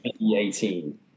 2018